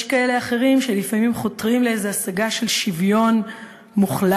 יש כאלה אחרים שלפעמים חותרים לאיזו השגה של שוויון מוחלט.